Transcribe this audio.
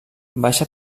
baixa